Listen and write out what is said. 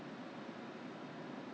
so does it stick to your skin